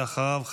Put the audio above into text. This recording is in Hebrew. ואחריו,